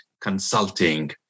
Consulting